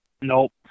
Nope